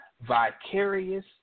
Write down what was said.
Vicarious